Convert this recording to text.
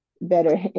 better